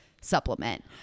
supplement